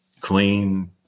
clean